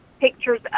pictures